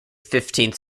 fifteenth